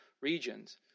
regions